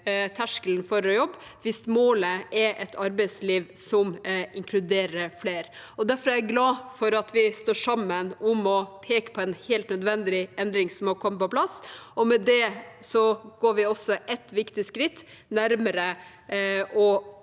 terskelen for å jobbe, hvis målet er et arbeidsliv som inkluderer flere. Derfor er jeg glad for at vi står sammen om å peke på en helt nødvendig endring som nå kommer på plass. Med det går vi også et viktig skritt nærmere